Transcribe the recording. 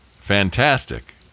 fantastic